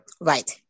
right